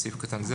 בסעיף קטן זה,